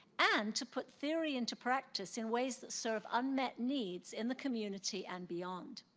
and to put theory into practice in ways that serve unmet needs in the community and beyond.